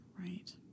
right